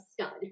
stud